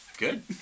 good